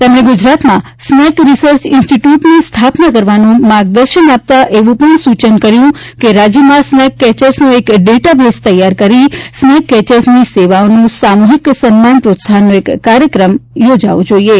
તેમણે ગુજરાતમાં snake research ઇન્સ્ટીટયૂટની સ્થાપના કરવાનું માર્ગદર્શન આપતાં એવું પણ સૂચન કર્યુ કે રાજ્યમાં સ્નેક કેચર્સનો એક ડેટા બેઇઝ તૈયાર કરીને સ્નેક કેચર્સની સેવાઓનું સામ્રહિક સન્માન પ્રોત્સાહનનો એક કાર્યક્રમ યોજવો જોઇએ